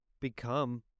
become